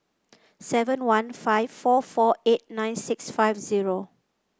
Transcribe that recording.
seven one five four four eight nine six five zero